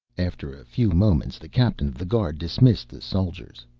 after a few moments the captain of the guard dismissed the soldiers.